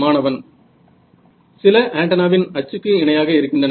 மாணவன் சில ஆன்டென்னாவின் அச்சுக்கு இணையாக இருக்கின்றன